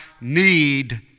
need